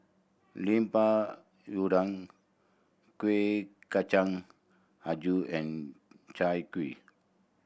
Lemper Udang Kuih Kacang Hijau and Chai Kueh